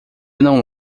não